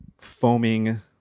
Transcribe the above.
foaming